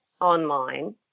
online